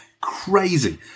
crazy